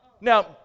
Now